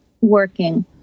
working